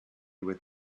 with